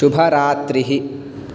शुभरात्रिः